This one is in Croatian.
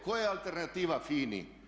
Koja je alternativa FINA-i?